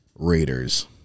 Raiders